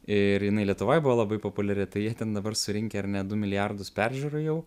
ir jinai lietuvoj buvo labai populiari tai jie ten dabar surinkę ar ne du milijardus peržiūrų jau